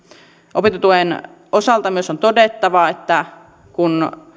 opintotuen osalta myös on todettava että kun